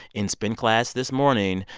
in spin class this morning,